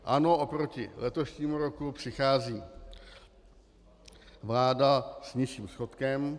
Ano, oproti letošnímu roku přichází vláda s nižším schodkem.